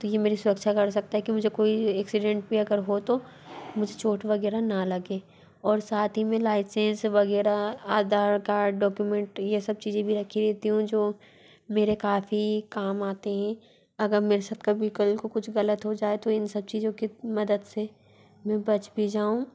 तो ये मेरी सुरक्षा कर सकता है कि मुझे कोई एक्सीडेंट भी अगर हो तो मुझे चोंट वग़ैरह ना लगे और साथ ही में लाइसेंस वग़ैरह आधार कार्ड डॉक्यूमेंट ये सब चीज़ें भी रखी रहती हूँ जो मेरे काफ़ी काम आते हैं अगर मेरे साथ कभी कई को कुछ ग़लत हो जाए तो इन सब चीज़ों के मदद से मैं बच भी जाऊँ